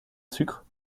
sucre